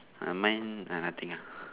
ah mine nothing ah